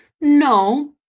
No